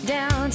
Down